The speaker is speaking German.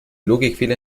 logikfehler